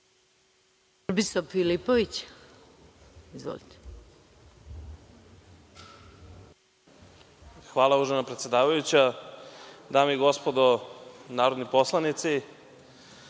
Hvala, uvažena predsedavajuća. Dame i gospodo narodni poslanici,